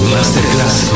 Masterclass